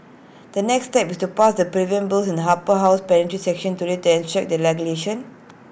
the next step is to pass the prevent bills in the Upper House plenary session today to enact the legislation